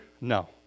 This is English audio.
No